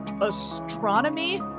astronomy